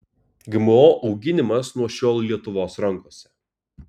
gmo auginimas nuo šiol lietuvos rankose